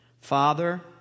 Father